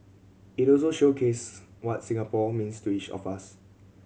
it also showcase what Singapore means to each of us